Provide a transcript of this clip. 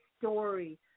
story